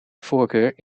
voorkeur